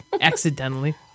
accidentally